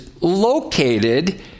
located